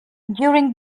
during